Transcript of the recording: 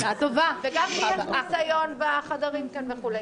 וגם לי אין ניסיון בחדרים כאן וכו',